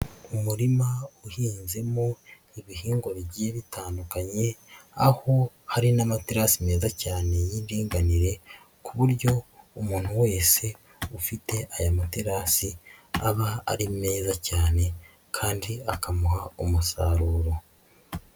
Umurima uhinzemo ibihingwa bigiye bitandukanye aho hari n'amaterasi meza cyane y'indinganire ku buryo umuntu wese ufite aya materasi aba ari meza cyane kandi akamuha umusaruro.